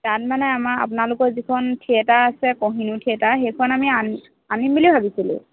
তাত মানে আমাৰ আপোনালোকৰ যিখন থিয়েটাৰ আছে কহিনুৰ থিয়েটাৰ সেইখন আমি আ আনিম বুলি ভাবিছিলোঁ